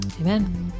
Amen